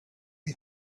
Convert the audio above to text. and